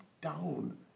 down